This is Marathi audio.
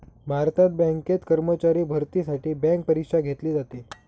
भारतात बँकेत कर्मचारी भरतीसाठी बँक परीक्षा घेतली जाते